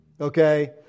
Okay